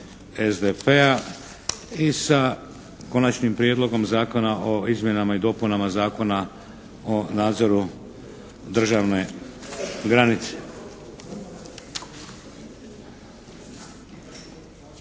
SDP-a, - Konačni prijedlogom Zakona o izmjenama i dopunama Zakona o nadzoru državne granice.